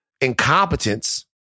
incompetence